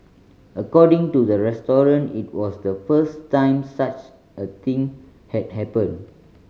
according to the restaurant it was the first time such a thing had happened